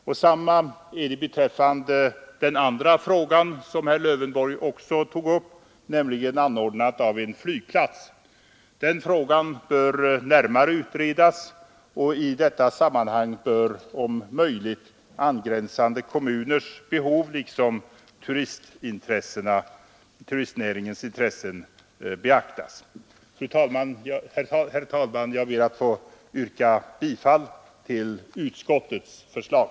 Det är samma sak beträffande den andra frågan som herr Lövenborg tog upp, nämligen anordnandet av en flygplats. Den frågan bör närmare utredas, och i detta sammanhang bör om möjligt angränsande kommuners behov liksom turistnäringens intressen beaktas. Herr talman! Jag ber att få yrka bifall till utskottets förslag.